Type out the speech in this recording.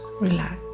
relax